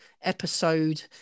episode